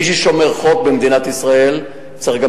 מי ששומר חוק במדינת ישראל צריך גם